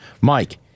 Mike